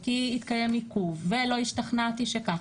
וכי התקיים עיכוב ולא השתכנעתי שכך,